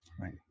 Right